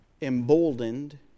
emboldened